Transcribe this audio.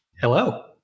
Hello